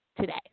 today